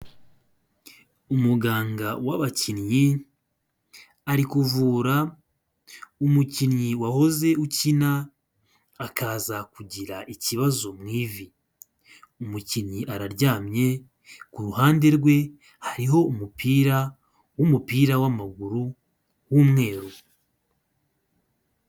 Umuganga w'abakinnyi ari kuvura umukinnyi wahoze ukina akaza kugira ikibazo mu ivi, umukinnyi araryamye ku ruhande rwe hariho umupira w'umupira w'amaguru w'umweru.